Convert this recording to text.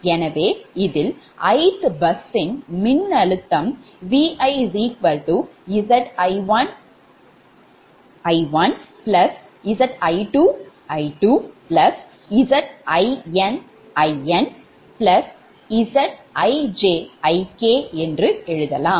எனவே இதில் ith bus ஸின் மின்னழுத்தம் ViZi1I1Zi2I2ZinInZijIk என்று எழுதலாம்